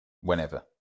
whenever